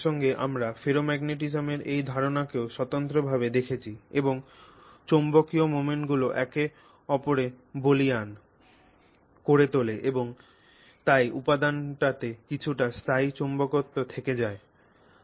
এবং এই প্রসঙ্গে আমরা ফেরোম্যাগনেটিজমের এই ধারণাকেও স্বতন্ত্রভাবে দেখেছি এবং চৌম্বকীয় মোমেন্টগুলি একে অপরকে বলীয়ান করে তোলে এবং তাই উপাদানটিতে কিছুটা স্থায়ী চৌম্বকত্ব থেকে যায়